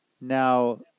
Now